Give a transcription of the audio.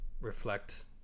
reflect